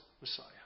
Messiah